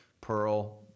Pearl